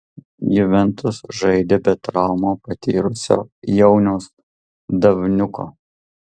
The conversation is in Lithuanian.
juventus žaidė be traumą patyrusio jauniaus davniuko